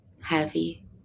heavy